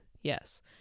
yes